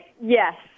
Yes